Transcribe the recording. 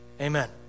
Amen